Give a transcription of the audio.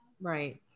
Right